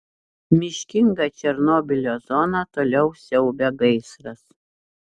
miškingą černobylio zoną toliau siaubia gaisras